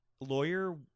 Lawyer